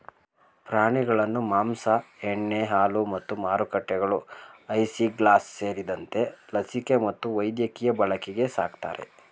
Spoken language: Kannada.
ಪ್ರಾಣಿಯನ್ನು ಮಾಂಸ ಉಣ್ಣೆ ಹಾಲು ಮತ್ತು ಮೊಟ್ಟೆಗಳು ಐಸಿಂಗ್ಲಾಸ್ ಸೇರಿದಂತೆ ಲಸಿಕೆ ಮತ್ತು ವೈದ್ಯಕೀಯ ಬಳಕೆಗೆ ಸಾಕ್ತರೆ